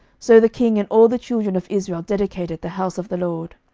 so the king and all the children of israel dedicated the house of the lord.